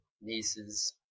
nieces